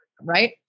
right